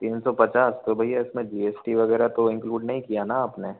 तीन सौ पचास तो भैया इसमें जी एस टी वगैरह तो इंक्लूड नहीं किया ना आपने